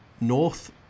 North